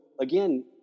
again